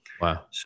Wow